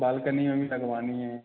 balcony में भी लगवाना है